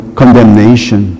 condemnation